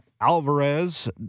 Alvarez